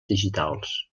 digitals